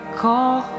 call